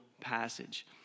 passage